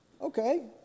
Okay